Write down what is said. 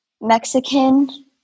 Mexican